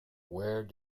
where